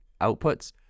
outputs